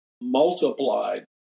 multiplied